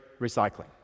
recycling